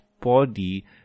body